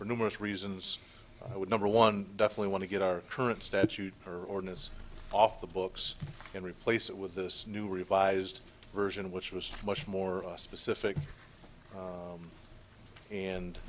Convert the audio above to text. for numerous reasons i would number one definitely want to get our current statute or ordinance off the books and replace it with this new revised version which was much more specific